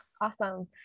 Awesome